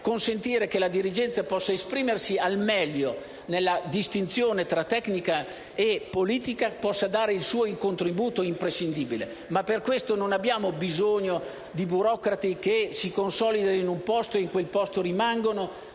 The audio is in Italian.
consentire che la dirigenza possa esprimersi al meglio nella distinzione tra tecnica e politica e possa dare il suo contributo imprescindibile. Per questo non abbiamo però bisogno di burocrati che si consolidano in un posto e in quel posto rimangono,